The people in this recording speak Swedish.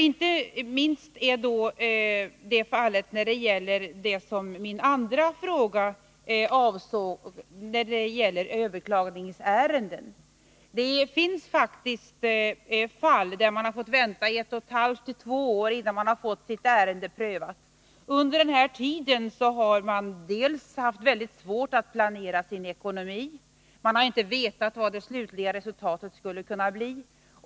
Inte minst är det fallet när det gäller överklagandeärenden, som min andra fråga avsåg. Det finns faktiskt fall där den som har anfört besvär över taxeringen har fått vänta ett och ett halvt-två år innan de har fått sitt ärende prövat. Under denna tid har de haft mycket svårt att planera sin ekonomi, eftersom de inte har vetat vad det slutliga resultatet skulle kunna bli.